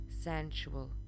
sensual